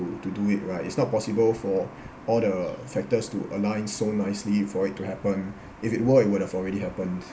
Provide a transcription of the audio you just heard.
to do it right it's not possible for all the factors to align so nicely for it to happen if it were it would've already happened